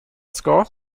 score